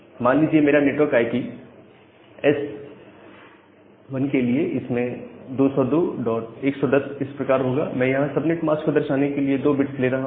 मान लीजिए मेरा नेटवर्क आई पी एस 1 के लिए इसमें 202110 इस प्रकार होगा मैं यहां सबनेट मास्क को दर्शाने के लिए 2 बिट्स ले रहा हूं